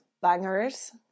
bangers